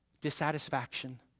dissatisfaction